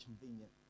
convenient